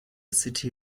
city